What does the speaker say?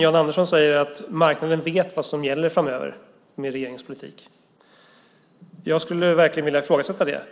Jan Andersson säger att marknaden med regeringens politik vet vad som gäller framöver. Jag skulle verkligen vilja ifrågasätta det.